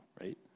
right